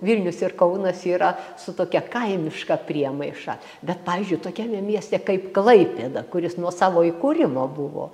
vilnius ir kaunas yra su tokia kaimiška priemaiša bet pavyzdžiui tokiame mieste kaip klaipėda kuris nuo savo įkūrimo buvo